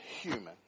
human